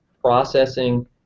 processing